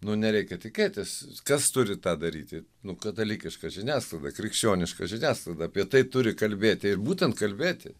nu nereikia tikėtis kas turi tą daryti nu katalikiška žiniasklaida krikščioniška žiniasklaida apie tai turi kalbėti ir būtent kalbėti